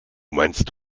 meinst